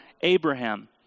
Abraham